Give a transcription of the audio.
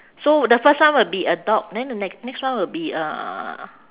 so the first one will be a dog then the n~ next one will be a